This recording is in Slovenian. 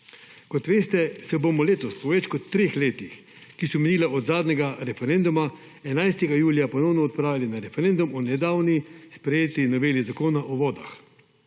Kot veste se bom letos po več kot treh letih, ki so minila od zadnjega referenduma 11. julija ponovno odpravili na referendum o nedavno sprejeti noveli Zakona o vodah.